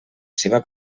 seva